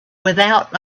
without